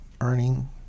earning